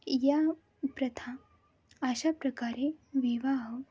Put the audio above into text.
या प्रथा अशा प्रकारे विवाह